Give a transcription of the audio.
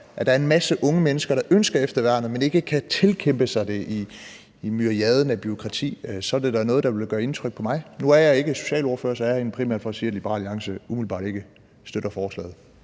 at der er en masse unge mennesker, der ønsker efterværnet, men ikke kan tilkæmpe sig det i myriaden af bureaukrati, ville det være noget, der ville gøre indtryk på mig. Nu er jeg er ikke socialordfører, så jeg er her egentlig primært for at sige, at Liberal Alliance ikke umiddelbart støtter forslaget.